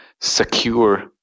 secure